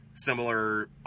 Similar